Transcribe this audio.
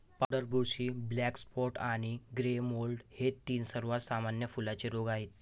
powder बुरशी, black spot आणि grey mould हे तीन सर्वात सामान्य फुलांचे रोग आहेत